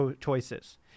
choices